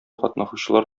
катнашучылар